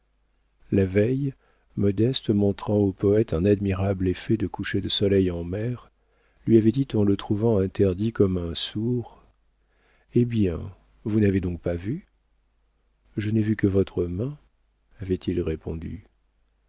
la veille modeste montrant au poëte un admirable effet de coucher de soleil en mer lui avait dit en le trouvant interdit comme un sourd eh bien vous n'avez donc pas vu je n'ai vu que votre main avait-il répondu